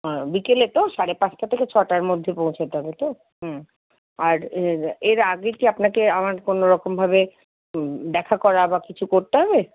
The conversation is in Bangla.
বিকেলে তো সাড়ে পাঁচটা থেকে ছটার মধ্যে পৌঁছাতে হবে তো হুম আর এর আগে কি আপনাকে আমার কোনোরকমভাবে দেখা করা বা কিছু করতে হবে